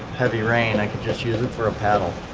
heavy rain i could just use it for a paddle.